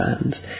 bands